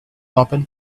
open